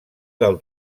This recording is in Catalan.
del